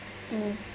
mm